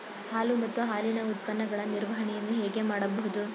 ಹಾಲು ಮತ್ತು ಹಾಲಿನ ಉತ್ಪನ್ನಗಳ ನಿರ್ವಹಣೆಯನ್ನು ಹೇಗೆ ಮಾಡಬಹುದು?